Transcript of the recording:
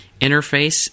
interface